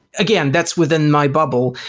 again, that's within my bubble.